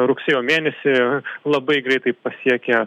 rugsėjo mėnesį labai greitai pasiekė